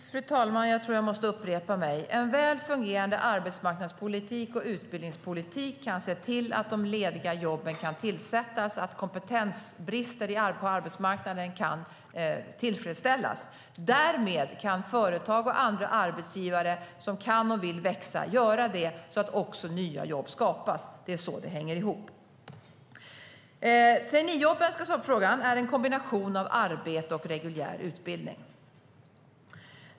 Fru talman! Jag måste upprepa: En väl fungerande arbetsmarknadspolitik och utbildningspolitik kan se till att de lediga jobben kan tillsättas och att kompetensbristen på arbetsmarknaden kan lösas på ett tillfredsställande sätt. Därmed kan företag och andra arbetsgivare som kan och vill växa göra det så att nya jobb skapas. Det är så det hänger ihop. Traineejobben är en kombination av arbete och reguljär utbildning.